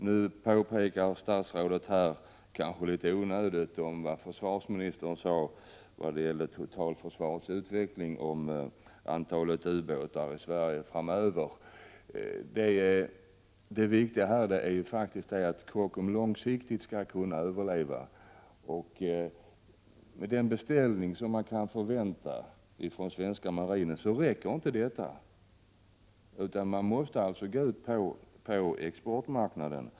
Nu påpekar statsrådet, kanske litet onödigt, vad försvarsministern sade vad gäller totalförsvarets utveckling och om antalet ubåtar i Sverige framöver. Det viktiga här är att Kockums långsiktigt skall kunna överleva. De beställningar som kan förväntas från den svenska marinen räcker inte, utan företaget måste gå ut på exportmarknaden.